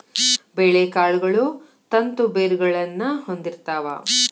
ಬೇಳೆಕಾಳುಗಳು ತಂತು ಬೇರುಗಳನ್ನಾ ಹೊಂದಿರ್ತಾವ